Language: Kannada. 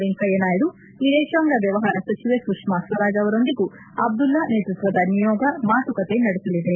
ವೆಂಕಯ್ಯನಾಯ್ಡು ವಿದೇಶಂಗ ವ್ಯವಹಾರ ಸಚಿವೆ ಸುಷ್ಮಾ ಸ್ವರಾಜ್ ಅವರೊಂದಿಗೂ ಅಬ್ದುಲ್ಲಾ ನೇತೃತ್ವದ ನಿಯೋಗ ಮಾತುಕತೆ ನಡೆಸಲಿದೆ